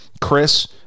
Chris